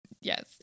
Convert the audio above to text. Yes